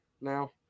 now